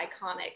iconic